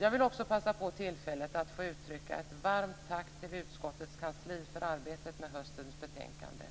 Jag vill också passa på tillfället att få uttrycka ett varmt tack till utskottets kansli för arbetet med höstens betänkande.